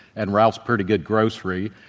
and ralph's pretty good grocery.